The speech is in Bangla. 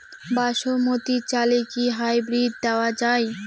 বাসমতী চালে কি হাইব্রিড দেওয়া য়ায়?